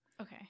Okay